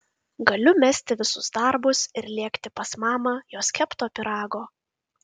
galiu mesti visus darbus ir lėkti pas mamą jos kepto pyrago